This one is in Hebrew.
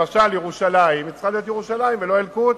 למשל: ירושלים צריכה להיות "ירושלים" ולא "אל-קודס",